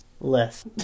Less